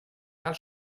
cal